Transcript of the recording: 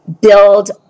build